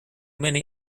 many